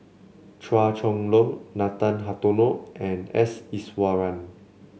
Chua Chong Long Nathan Hartono and S Iswaran